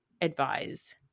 advise